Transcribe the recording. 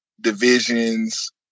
divisions